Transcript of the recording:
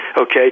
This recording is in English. okay